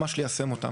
ממש ליישם אותם.